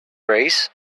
race